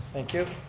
thank you.